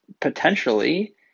potentially